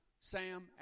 sam